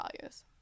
values